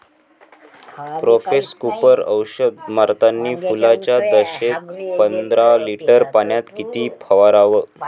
Profex Super औषध मारतानी फुलाच्या दशेत पंदरा लिटर पाण्यात किती फवाराव?